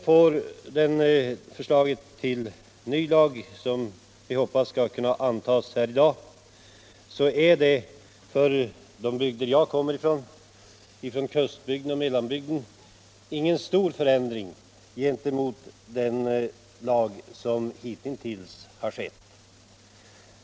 Förslaget till ny lag, som vi hoppas skall kunna antas här i dag, innebär för de bygder jag kommer ifrån — kustbygden, och även i mellanbygden - ingen stor förändring gentemot den lag som hitintills funnits.